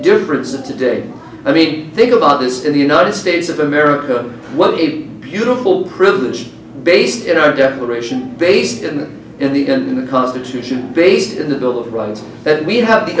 indifference of today i mean think about this in the united states of america what a beautiful privilege based in our declaration based and in the end the constitution based in the bill of rights that we have the